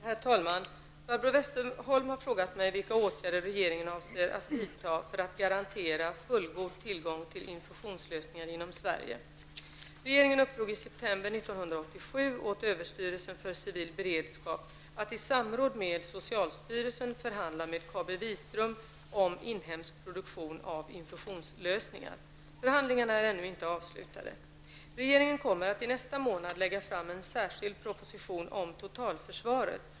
Herr talman! Barbro Westerholm har frågat mig vilka åtgärder regeringen avser att vidta för att garantera fullgod tillgång till infusionslösningar inom Sverige. Regeringen uppdrog i september 1987 åt överstyrelsen för civil beredskap att i samråd med socialstyrelsen förhandla med KabiVitrum AB om inhemsk produktion av infusionslösningar. Förhandlingarna är ännu inte avslutade. Regeringen kommer att i nästa månad lägga fram en särskild proposition om totalförsvaret.